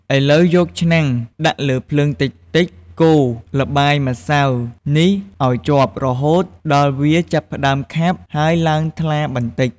ឥឡូវ យកឆ្នាំងដាក់លើភ្លើងតិចៗ កូរល្បាយម្សៅនេះឱ្យជាប់ រហូតដល់វាចាប់ផ្ដើមខាប់ ហើយឡើងថ្លាបន្តិច។